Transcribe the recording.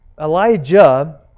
Elijah